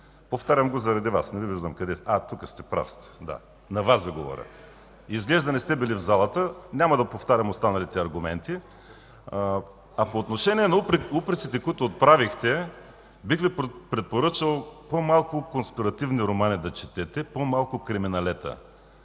Повтарям го заради Вас. Изглежда не сте били в залата, няма да повтарям останалите аргументи. По отношение на упреците, които отправихте, бих Ви препоръчал по-малко конспиративни романи да четете, по-малко криминалета.